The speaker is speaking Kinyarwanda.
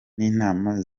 n’inama